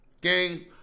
Gang